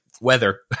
weather